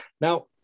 Now